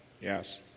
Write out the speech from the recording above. Yes